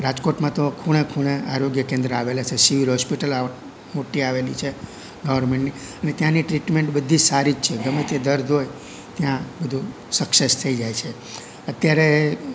રાજકોટમાં તો ખૂણે ખૂણે આરોગ્ય કેન્દ્ર આવેલા છે સિવિલ હોસ્પિટલ મોટી આવેલી છે ગવર્મેન્ટની અને ત્યાંની ટ્રીટમેન્ટ બધી સારી છે ગમે તે દર્દ હોય ત્યાં બધું સક્સેસ થઈ જાય છે અત્યારે